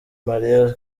mariah